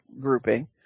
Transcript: grouping